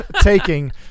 taking